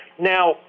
Now